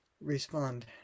respond